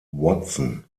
watson